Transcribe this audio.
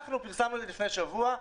פרסמנו את זה לפני שבוע.